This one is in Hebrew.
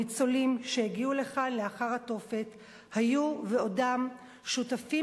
הניצולים שהגיעו לכאן לאחר התופת היו ועודם שותפים